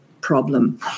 problem